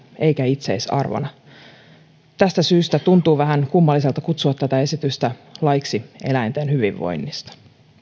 eikä itseisarvona tästä syystä tuntuu vähän kummalliselta kutsua tätä esitystä laiksi eläinten hyvinvoinnista